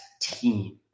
team